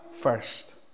first